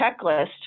checklist